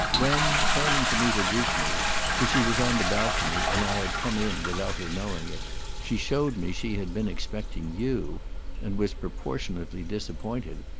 when, turning to me to greet me for she was on the balcony and i had come in without her knowing it she showed me she had been expecting you and was proportionately disappointed,